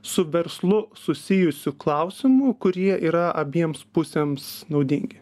su verslu susijusių klausimų kurie yra abiems pusėms naudingi